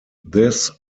this